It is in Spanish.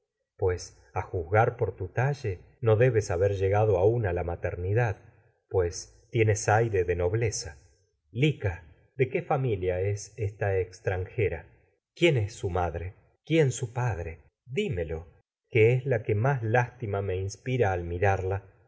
madre haber juzgar por tu talle no pero llegado aún la maternidad qué familia es tienes de nobleza lica de esta extranjera quién que es su madre quién su padre dímelo que es la más lástima me inspira